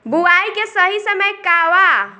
बुआई के सही समय का वा?